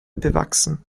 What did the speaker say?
bewachsen